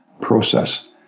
process